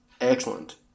Excellent